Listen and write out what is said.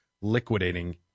liquidating